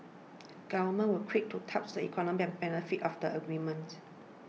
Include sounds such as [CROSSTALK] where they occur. [NOISE] governments were quick to touts the economic benefits of the agreement